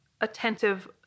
attentive